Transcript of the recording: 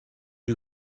who